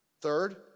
Third